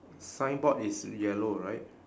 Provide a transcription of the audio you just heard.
signboard is yellow right